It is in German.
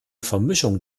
vermischung